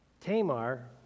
Tamar